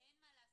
אין מה לעשות.